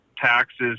taxes